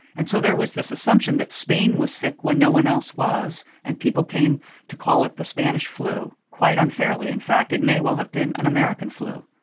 and so there was this assumption that spain was sick when no one else was. and people came to call it the spanish flu, quite unfairly, in fact. it may well have been an american flu